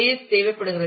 S தேவைப்படுகிறது